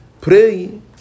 pray